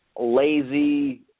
lazy